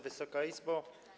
Wysoka Izbo!